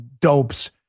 dopes